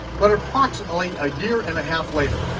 but approximately a year and a half later,